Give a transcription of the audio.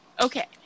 Okay